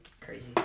crazy